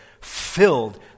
filled